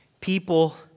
People